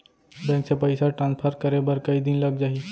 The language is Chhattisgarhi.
बैंक से पइसा ट्रांसफर करे बर कई दिन लग जाही?